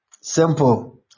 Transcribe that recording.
Simple